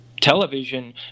television